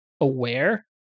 aware